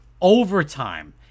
overtime